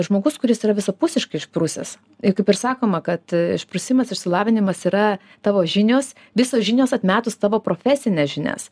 žmogus kuris yra visapusiškai išprusęs ir kaip ir sakoma kad išprusimas išsilavinimas yra tavo žinios visos žinios atmetus tavo profesines žinias